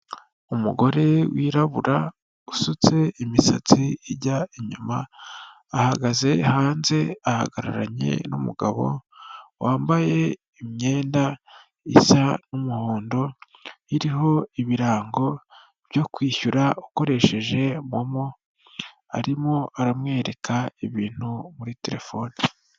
Umugore wirabura usutse imisatsi ijya inyuma, ahagaze hanze ahagararanye n'umugabo, wambaye imyenda isa n'umuhondo, iriho ibirango byo kwishyura ukoresheje momo, arimo aramwereka ibintu muri telefone.